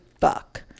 fuck